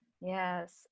Yes